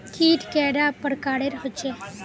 कीट कैडा पर प्रकारेर होचे?